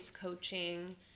coaching